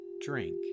drink